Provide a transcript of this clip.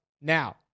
now